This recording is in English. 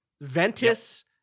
Ventus